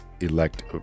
elect